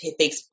Facebook